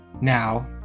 now